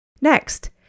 Next